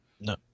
No